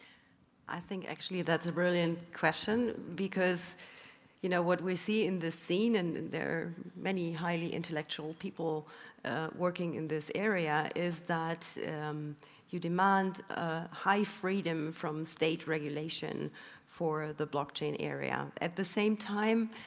i think actually that's a brilliant question. because you know what we see in this scene and there are many highly intellectual people working in this area is that you demand high freedom from state regulation for the blockchain area. at the same time,